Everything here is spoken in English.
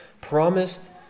promised